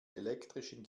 elektrischen